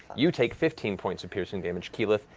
you take fifteen points of piercing damage, keyleth,